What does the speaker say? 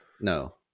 No